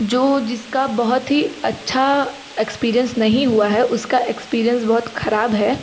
जो जिसका बहुत ही अच्छा एक्सपीरियंस नहीं हुआ है उसका एक्सपीरियंस बहुत खराब है